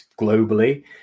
globally